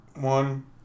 One